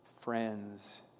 friends